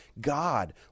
God